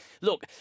look